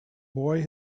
boy